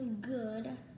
good